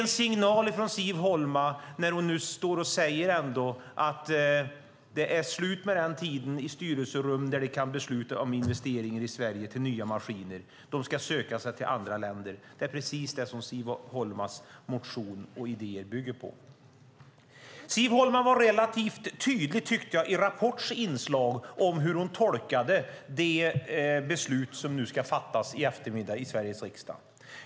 Siv Holma kan ge en signal när hon säger att det är slut med den tiden i styrelserummen då man kunde besluta om investeringar i nya maskiner, att de ska söka sig till andra länder. Det är det som Siv Holmas motion och idéer bygger på. Siv Holma var relativt tydlig i Rapports inslag med hur hon tolkade det beslut som ska fattas i eftermiddag i Sveriges riksdag.